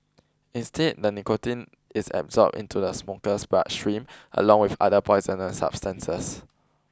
instead the nicotine is absorbed into the smoker's bloodstream along with other poisonous substances